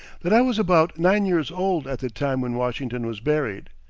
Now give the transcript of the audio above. that i was about nine years old at the time when washington was buried.